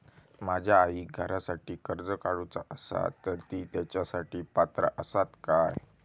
माझ्या आईक घरासाठी कर्ज काढूचा असा तर ती तेच्यासाठी पात्र असात काय?